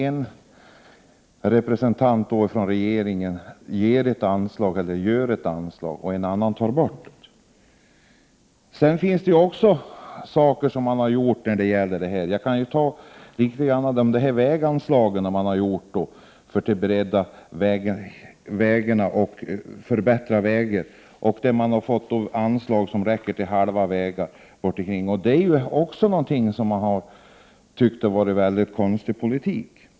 En representant för regeringen beviljar alltså anslag, medan en annan ser till att anslag försvinner. Men det finns också exempel på andra saker som man har gjort, t.ex. när det gäller väganslagen. Man har alltså beviljat anslag för breddning och förbättring av vägar. Men anslagen har bara räckt till hälften av det som man hade tänkt göra. Även detta har uppfattats som en väldigt konstig politik.